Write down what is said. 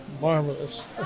marvelous